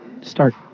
start